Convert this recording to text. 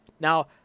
Now